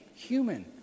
human